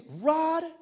rod